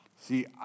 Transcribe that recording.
See